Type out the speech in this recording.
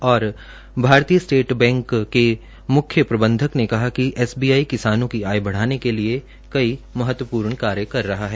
भारतीय State Bank के मुख्य प्रबंधक ने कहा कि एसबीआई किसानो की आय बढाने के लिए महत्वपूर्ण कार्य कर रहा है